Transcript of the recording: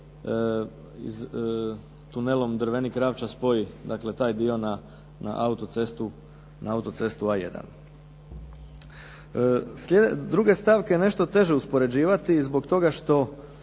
tunelom Drvenik-Ravča spoji dakle taj dio na autocestu A1. Druge stavke je nešto teže uspoređivati zbog toga što